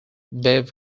bev